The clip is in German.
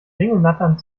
ringelnattern